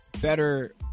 better